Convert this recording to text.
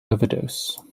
overdose